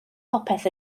popeth